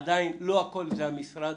עדיין לא הכול זה המשרד.